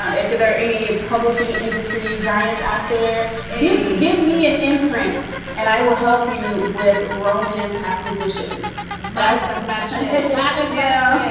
um if there are any publishing industry giants out there, give me an imprint and i will help you with romance acquisitions. but that that shit kind of yeah,